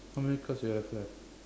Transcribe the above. how many cards you have left